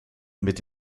mit